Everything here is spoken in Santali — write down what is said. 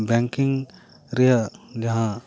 ᱵᱮᱝᱠᱤᱝ ᱨᱮᱭᱟᱜ ᱡᱟᱦᱟᱸ